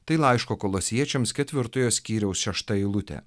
tai laiško kolosiečiams ketvirtojo skyriaus šešta eilutė